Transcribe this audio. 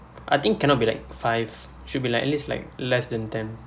I think cannot be like five should be like at least like less than ten